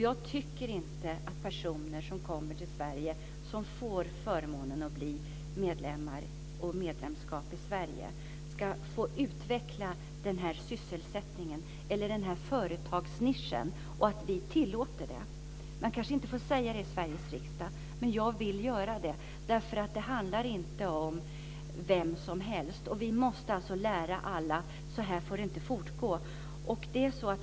Jag tycker inte att personer som kommer till Sverige och som får förmånen att bli svenska medborgare ska få utveckla den här sysselsättningen eller företagsnischen. Jag tycker inte att vi ska tillåta det. Man kanske inte får säga detta i Sveriges riksdag, men jag vill göra det därför att det inte handlar om vem som helst. Vi måste alltså lära alla att så här får det inte fortgå.